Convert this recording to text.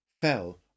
fell